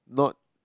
not